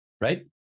right